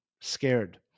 scared